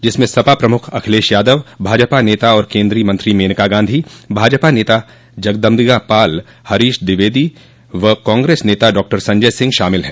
जिसमें सपा प्रमुख अखिलेश यादव भाजपा नेता और केन्द्रीय मंत्री मेनका गांधी भाजपा नेता जगदम्बिका पाल हरीश द्विवेदी व कांग्रेस नेता डॉक्टर संजय सिंह शामिल हैं